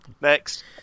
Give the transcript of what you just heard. Next